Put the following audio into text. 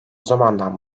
zamandan